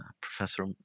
Professor